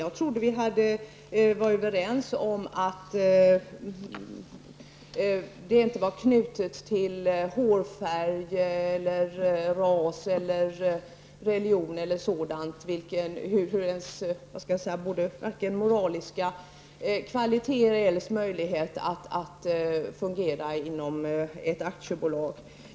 Jag trodde att vi var överens om att varken en människas moraliska kvaliteter eller hennes möjligheter att fungera inom ett aktiebolag var knutna till egenskaper som t.ex. hennes hårfärg, ras eller religion.